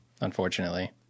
unfortunately